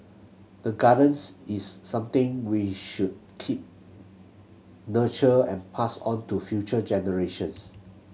the gardens is something we should keep nurture and pass on to future generations